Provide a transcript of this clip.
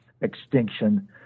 extinction